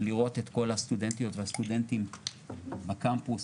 לראות את כל הסטודנטיות והסטודנטים בקמפוס,